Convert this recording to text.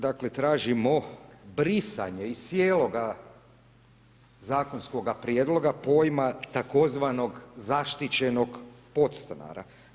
Dakle, tražimo brisanje iz cijeloga zakonskoga prijedloga, pojma tzv. zaštićenog podstanara.